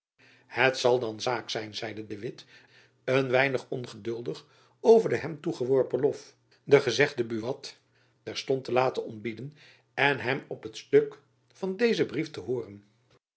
het zal dan zaak zijn zeide de witt een weinig ongeduldig over den hem toegeworpen lof den gezegden buat terstond te laten ontbieden en hem op het stuk van dezen brief te hooren